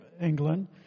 England